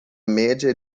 média